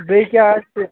بیٚیہِ کیٛاہ آسہِ